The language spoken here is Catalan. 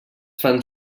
fan